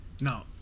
No